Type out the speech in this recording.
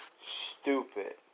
stupid